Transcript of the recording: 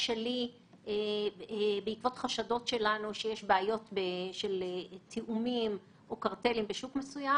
כשיש לנו חשדות שיש בעיות של תיאומים או יש קרטלים בשוק מסוים,